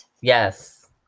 Yes